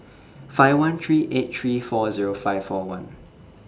five one three eight three four Zero five four one